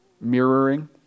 mirroring